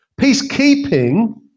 Peacekeeping